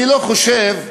אני לא חושב שפייגלין,